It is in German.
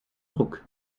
ruck